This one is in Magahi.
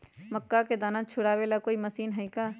मक्का के दाना छुराबे ला कोई मशीन हई का?